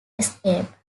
escape